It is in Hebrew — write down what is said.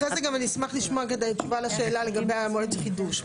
אחרי זה אני גם אשמח לשמוע את התשובה לשאלה לגבי מועד החידוש.